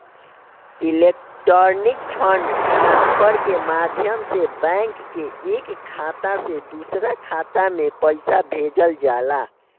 electronic fund transfer के माध्यम से बैंक के एक खाता से दूसरा खाता में पईसा भेजल जाला